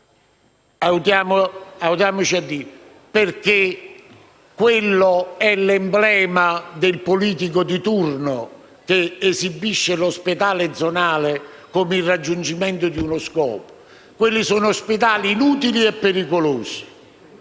quello - diciamolo - è l'emblema del politico di turno, che esibisce l'ospedale zonale come il raggiungimento di uno scopo. Quelli sono ospedali inutili e pericolosi